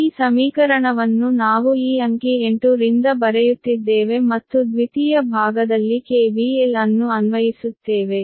ಈ ಸಮೀಕರಣವನ್ನು ನಾವು ಈ ಅಂಕಿ 8 ರಿಂದ ಬರೆಯುತ್ತಿದ್ದೇವೆ ಮತ್ತು ದ್ವಿತೀಯ ಭಾಗದಲ್ಲಿ KVL ಅನ್ನು ಅನ್ವಯಿಸುತ್ತೇವೆ